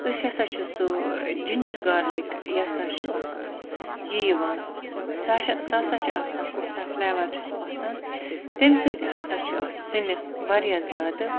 أسۍ ہَسا چھُ سُہ جِنجَر گارلِک یہِ ہَسا چھُ اکھ یہِ یِوان سُہ چھُ سُہ ہَسا چھُ آسان کُس تانۍ فلیوَر چھُ سُہ آسان تمہِ سۭتۍ ہَسا چھُ اتھ سِنِس واریاہ زیادٕ